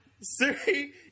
Siri